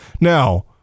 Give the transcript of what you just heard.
Now